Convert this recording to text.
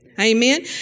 Amen